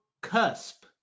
cusp